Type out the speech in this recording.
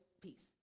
peace